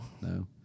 No